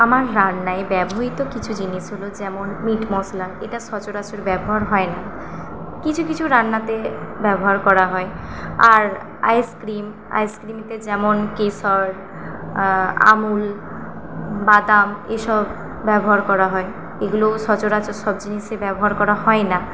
আমার রান্নায় ব্যবহৃত কিছু জিনিস হলো যেমন মিট মশলা এটা সচরাচর ব্যবহার হয় না কিছু কিছু রান্নাতে ব্যবহার করা হয় আর আইসক্রিম আইসক্রিমে যেমন কেশর আমূল বাদাম এসব ব্যবহার করা হয় এগুলো সচরাচর সব জিনিসে ব্যবহার করা হয় না